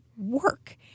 work